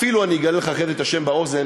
אפילו אני אגלה לך אחרי זה את השם באוזן,